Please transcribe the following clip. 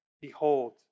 behold